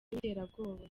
w’iterabwoba